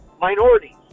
minorities